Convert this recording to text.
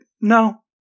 no